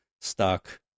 stuck